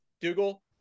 Dougal